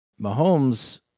Mahomes